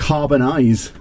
Carbonize